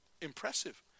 impressive